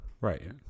Right